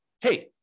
hey